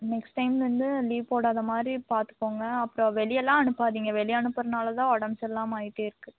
next டைம்லயிருந்து leave போடாதமாதிரி பார்த்துக்கோங்க அப்புறம் வெளியலாம் அனுப்பாதீங்க வெளியே அனுப்புறனால தான் உடம்பு சரி இல்லாம ஆயிகிட்டே இருக்கு